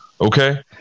Okay